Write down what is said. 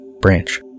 branch